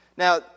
Now